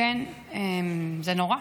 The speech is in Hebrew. כן, זה נורא.